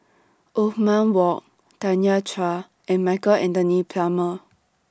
Othman Wok Tanya Chua and Michael Anthony Palmer